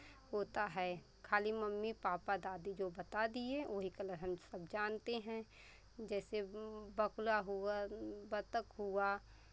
होता है खाली मम्मी पापा दादी जो बता दिए वही कलर हम सब जानते हैं जैसे बगुला हुआ बतख हुआ